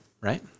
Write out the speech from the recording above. right